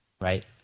right